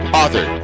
author